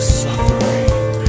suffering